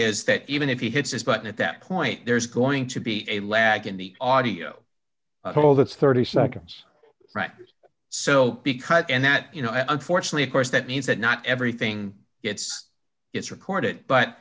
is that even if he hits his button at that point there's going to be a lag in the audio hole that's thirty seconds right so be cut and that you know unfortunately of course that means that not everything gets it's recorded but